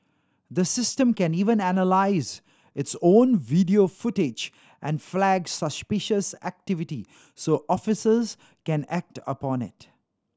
the system can even analyse its own video footage and flag suspicious activity so officers can act upon it